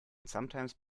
sometimes